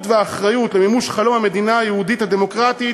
והאחריות למימוש חלום המדינה היהודית הדמוקרטית